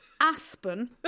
Aspen